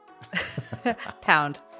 Pound